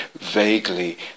vaguely